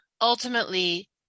ultimately